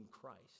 Christ